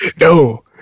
No